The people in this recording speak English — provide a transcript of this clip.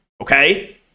okay